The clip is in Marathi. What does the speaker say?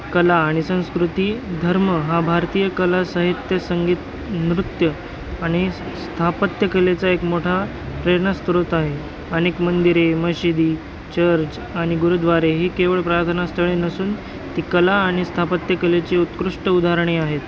कला आणि संस्कृती धर्म हा भारतीय कला साहित्य संगीत नृत्य आणि स्थापत्यकलेचा एक मोठा प्रेरणास्त्रोत आहे अनेक मंदिरे मशिदी चर्च आणि गुरुद्वारे ही केवळ प्रार्थनास्थळे नसून ती कला आणि स्थापत्यकलेची उत्कृष्ट उदाहरणे आहेत